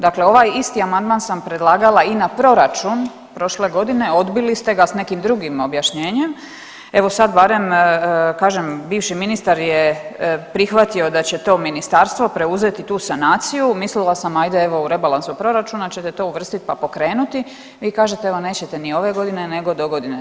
Dakle, ovaj isti amandman sam predlagala i na proračun prošle godine, odbili ste ga s nekim drugim objašnjenjem, evo sad barem kažem bivši ministar je prihvatio da će to ministarstvo preuzeti tu sanaciju, mislila sam ajde evo u rebalansu proračuna ćete to uvrstit pa pokrenuti, vi kažete evo nećete ni ove godine nego dogodine.